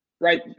right